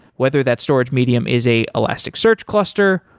whether that storage medium is a elasticsearch cluster,